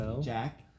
Jack